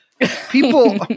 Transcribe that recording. people